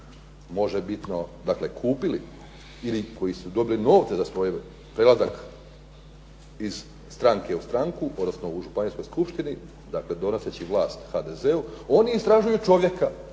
možebitno, dakle kupili ili koji su dobili novce za svoj prelazak iz stranke u pravu, odnosno u županijskoj skupštini dakle donoseći vlast HDZ-u oni istražuju čovjeka